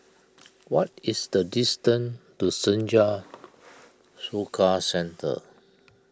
what is the distance to Senja Soka Centre